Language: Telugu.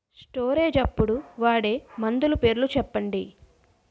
స్టోరేజ్ అప్పుడు వాడే మందులు పేర్లు చెప్పండీ?